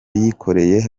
yikoreye